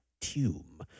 tomb